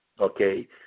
okay